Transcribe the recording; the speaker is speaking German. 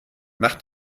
nach